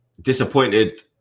disappointed